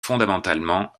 fondamentalement